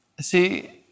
See